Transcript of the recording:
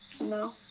No